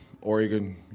Oregon